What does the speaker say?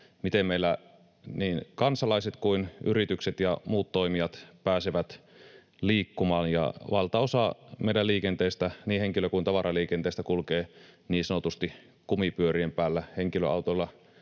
miten meillä niin kansalaiset kuin yritykset ja muut toimijat pääsevät liikkumaan, ja valtaosa meidän liikenteestä, niin henkilö- kuin tavaraliikenteestä, kulkee niin sanotusti kumipyörien päällä — henkilöautoilla,